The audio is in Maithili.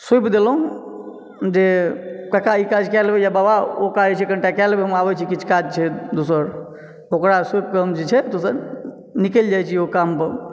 सौपि देलहुँ जे कका ई काज कै लेबै या बबा ओ काज जे छै कनिटाके लेबै हम आबै छी किछु काज छै दोसर ओकरा सौंपिपके हम जे छै दोसर निकलि जाइ छी ओ कामपर